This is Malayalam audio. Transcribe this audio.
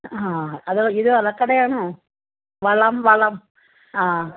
ആ അത് ഇത് വളക്കടയാണോ വളം വളം ആ